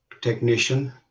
technician